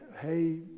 hey